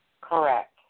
Correct